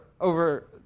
over